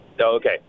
Okay